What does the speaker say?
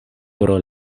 pro